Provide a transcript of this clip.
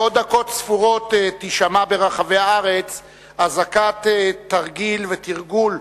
בעוד דקות ספורות תישמע ברחבי הארץ אזעקת תרגיל ותרגול,